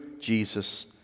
Jesus